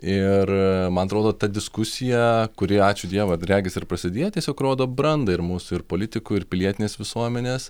ir man atrodo ta diskusija kuri ačiū dievui regis ir prasidėjo tiesiog rodo brandą ir mūsų ir politikų ir pilietinės visuomenės